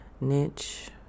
niche